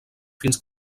fins